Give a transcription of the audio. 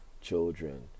children